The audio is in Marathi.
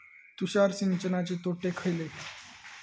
तुषार सिंचनाचे तोटे खयले?